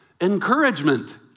Encouragement